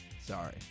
Sorry